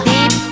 Deep